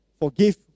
forgive